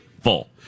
Full